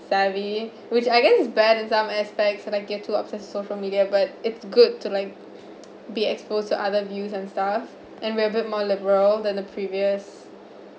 savvy which I guess is bad in some aspects so I get to obsess social media but it's good to like be exposed to other views and stuff and revealed more liberal than the previous